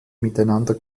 miteinander